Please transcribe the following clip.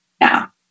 now